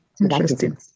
Interesting